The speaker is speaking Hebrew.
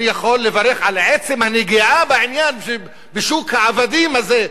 אני יכול לברך על עצם הנגיעה בעניין בשוק העבדים הזה,